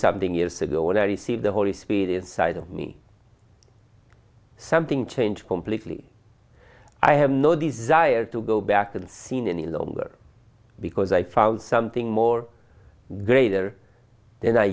something years ago when i received the holy spirit inside of me something changed completely i have no desire to go back and seen any longer because i found something more greater than i